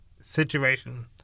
situation